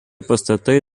pastatai